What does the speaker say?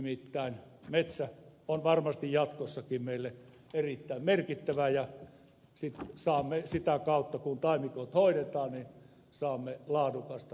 nimittäin metsä on varmasti jatkossakin meille erittäin merkittävä ja saamme sitä kautta kun taimikot hoidetaan laadukasta puutavaraa